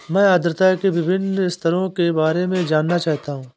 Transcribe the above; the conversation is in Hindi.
मैं आर्द्रता के विभिन्न स्तरों के बारे में जानना चाहता हूं